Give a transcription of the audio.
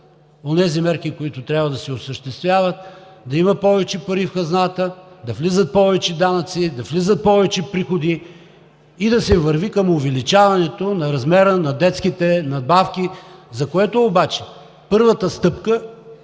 онези мерки, които трябва да се осъществяват – да има повече пари в хазната, да влизат повече данъци, да влизат повече приходи, и да се върви към увеличаването на размера на детските надбавки, за което обаче първата стъпка